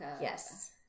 Yes